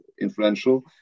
influential